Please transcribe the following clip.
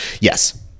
Yes